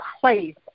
place